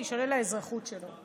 תישלל האזרחות שלו.